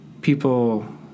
people